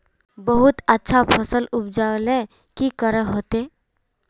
बहुत अच्छा फसल उपजावेले की करे होते?